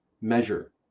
measure